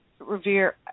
revere